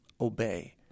obey